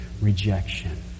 rejection